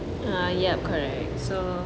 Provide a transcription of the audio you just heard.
ah ya correct so